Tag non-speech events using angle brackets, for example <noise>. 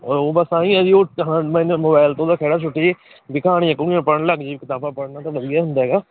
ਔਰ ਉਹ ਬਸ ਆਂਈਂ ਆ ਜੀ ਉਹ <unintelligible> ਮੋਬਾਇਲ ਤੋਂ ਉਹਦਾ ਖਹਿੜਾ ਛੁੱਟਜੇ ਵੀ ਕਹਾਣੀਆਂ ਕਹੂਣੀਆਂ ਪੜ੍ਹਨ ਲੱਗਜੇ ਕਿਤਾਬਾਂ ਪੜ੍ਹਨਾ ਤਾਂ ਵਧੀਆ ਹੁੰਦਾ ਹੈਗਾ